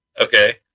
Okay